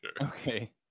Okay